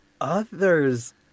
Others